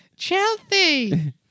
Chelsea